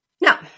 Now